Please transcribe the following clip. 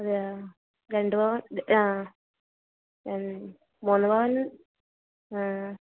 അതെയോ രണ്ട് പവൻ ആ മൂന്ന് പവൻ ആ